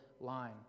line